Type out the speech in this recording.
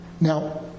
Now